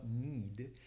need